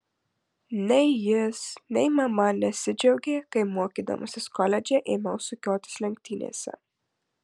nei jis nei mama nesidžiaugė kai mokydamasis koledže ėmiau sukiotis lenktynėse